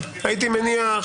הייתי מניח,